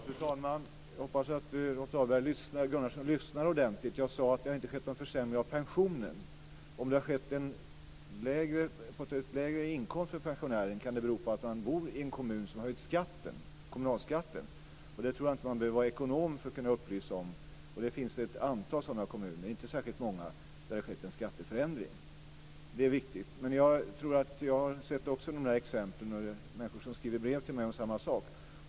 Fru talman! Jag hoppas att Rolf Gunnarsson lyssnar ordentligt. Jag sade att det inte har skett någon försämring av pensionen. Om pensionären har fått en lägre inkomst kan det bero på att han bor i en kommun som har höjt kommunalskatten. Det tror jag inte att man behöver vara ekonom för att kunna upplysa om. Det finns ett antal sådana kommuner, inte särskilt många, där det har skett en skatteförändring. Det är viktigt. Jag har också sett de där exemplen. Människor skriver brev till mig om samma sak.